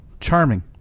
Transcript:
Charming